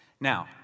Now